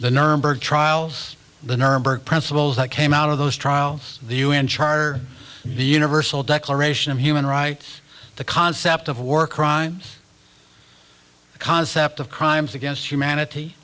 the nurnberg trials the nuremberg principles that came out of those trials the un charter the universal declaration of human rights the concept of work crimes the concept of crimes against humanity